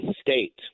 state